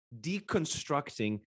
deconstructing